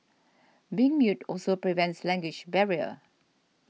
being mute also prevents language barrier